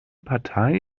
partei